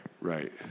Right